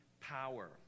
power